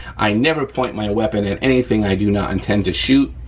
i never point my weapon at anything i do not intend to shoot,